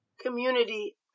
community